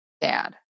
dad